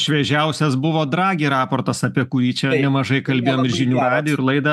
šviežiausias buvo dragi raportas apie kurį čia nemažai kalbėjom ir žinių radijuj ir laidą